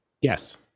Yes